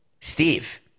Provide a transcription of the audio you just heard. Steve